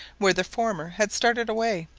where the former had started away,